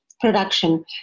production